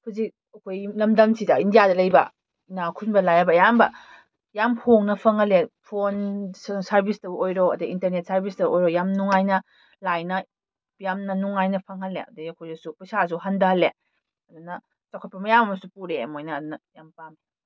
ꯍꯧꯖꯤꯛ ꯑꯩꯈꯣꯏ ꯂꯝꯗꯝꯁꯤꯗ ꯏꯟꯗꯤꯌꯥꯗ ꯂꯩꯕ ꯏꯅꯥ ꯈꯨꯟꯕ ꯂꯥꯏꯔꯕ ꯑꯌꯥꯝꯕ ꯌꯥꯝ ꯍꯣꯡꯅ ꯐꯪꯍꯜꯂꯦ ꯐꯣꯟ ꯁꯔꯕꯤꯁꯇꯕꯨ ꯑꯣꯏꯔꯣ ꯑꯗꯩ ꯏꯟꯇꯔꯅꯦꯠ ꯁꯔꯕꯤꯁꯇꯕꯨ ꯑꯣꯏꯔꯣ ꯌꯥꯝ ꯅꯨꯡꯉꯥꯏꯅ ꯂꯥꯏꯅ ꯌꯥꯝꯅ ꯅꯨꯡꯉꯥꯏꯅ ꯐꯪꯍꯜꯂꯦ ꯑꯗꯩ ꯑꯩꯈꯣꯏꯗꯁꯨ ꯄꯩꯁꯥꯁꯨ ꯍꯟꯊꯍꯜꯂꯦ ꯑꯗꯨꯅ ꯆꯥꯎꯈꯠꯄ ꯃꯌꯥꯝ ꯑꯃꯁꯨ ꯄꯨꯔꯛꯑꯦ ꯃꯣꯏꯅ ꯑꯗꯨꯅ ꯌꯥꯝ ꯄꯥꯝꯃꯤ